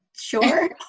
Sure